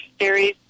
series